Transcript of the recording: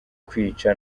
kwica